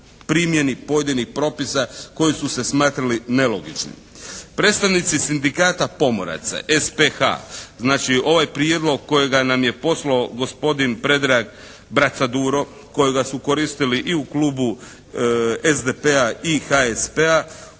primjeni pojedinih propisa koji su se smatrali nelogičnim. Predstavnici Sindikata pomoraca SPH, znači ovaj prijedlog kojega nam je poslao gospodin Predrag Bracaduro kojega su koristili i u Klubu SDP-a i HSP-a